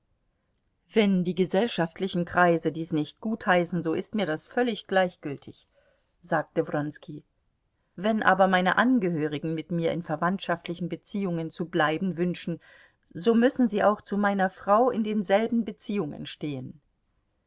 wenn die gesellschaftlichen kreise dies nicht gutheißen so ist mir das völlig gleichgültig sagte wronski wenn aber meine angehörigen mit mir in verwandtschaftlichen beziehungen zu bleiben wünschen so müssen sie auch zu meiner frau in denselben beziehungen stehen